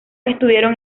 estuvieron